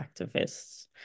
activists